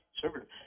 conservative